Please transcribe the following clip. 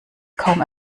kaum